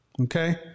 okay